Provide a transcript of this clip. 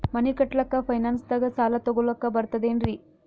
ಮನಿ ಕಟ್ಲಕ್ಕ ಫೈನಾನ್ಸ್ ದಾಗ ಸಾಲ ತೊಗೊಲಕ ಬರ್ತದೇನ್ರಿ?